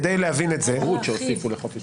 הוא לא אמר להרחיב.